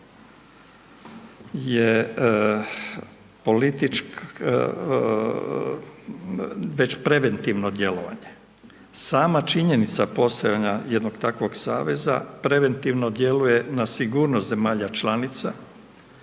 nego je, već preventivno djelovanje. Sama činjenica postojanja jednog takvog saveza preventivno djeluje na sigurnost zemalja članica,